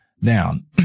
down